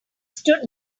stood